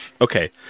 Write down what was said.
okay